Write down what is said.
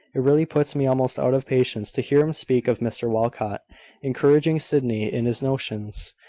it really puts me almost out of patience to hear him speak of mr walcot encouraging sydney in his notions!